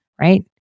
right